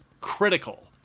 critical